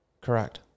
correct